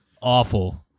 Awful